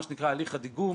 מה שנקרא הליך הדיגום,